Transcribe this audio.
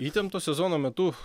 įtempto sezono metu